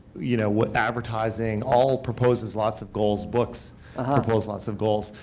you know but advertising, all proposes lots of goals books propose lots of goals.